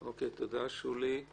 תודה, שולי.